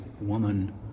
woman